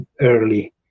early